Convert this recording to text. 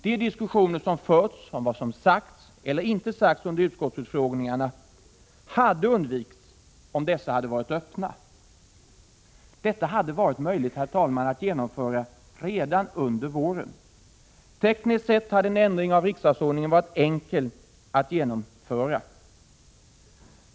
De diskussioner som förts om vad som sagts eller inte sagts under utskottsutfrågningarna hade undvikits om dessa hade varit öppna. Detta hade varit möjligt, herr talman, att genomföra redan under våren. Tekniskt sett hade en ändring av riksdagsordningen varit enkel att genomföra.